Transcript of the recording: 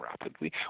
rapidly